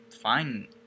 fine